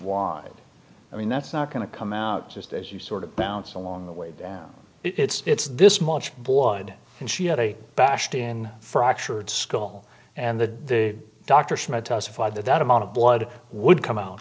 wide i mean that's not going to come out just as you sort of bounce along the way it's this much blood and she had a bashed in fractured skull and the doctor had testified that that amount of blood would come out